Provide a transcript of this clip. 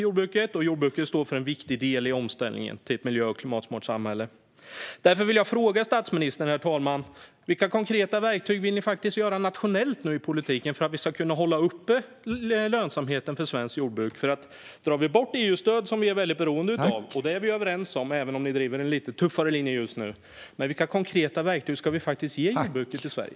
Jordbruket står också för en viktig del i omställningen till ett miljö och klimatsmart samhälle. Därför vill jag fråga statsministern, herr talman: Vilka konkreta verktyg vill regeringen använda nationellt i politiken för att vi ska kunna hålla uppe lönsamheten i svenskt jordbruk? Drar man bort EU-stöd, som vi är väldigt beroende av - vilket vi är överens om, även om regeringen driver en lite tuffare linje just nu - vilka konkreta verktyg ska man då ge jordbruket i Sverige?